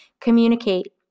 communicate